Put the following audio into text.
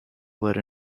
led